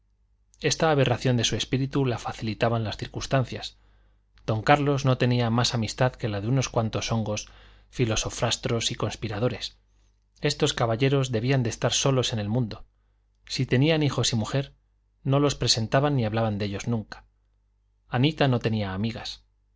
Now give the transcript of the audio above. esta aberración de su espíritu la facilitaban las circunstancias don carlos no tenía más amistad que la de unos cuantos hongos filosofastros y conspiradores estos caballeros debían de estar solos en el mundo si tenían hijos y mujer no los presentaban ni hablaban de ellos nunca anita no tenía amigas